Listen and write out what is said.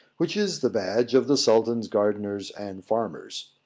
which is the badge of the sultan's gardeners and farmers.